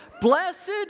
Blessed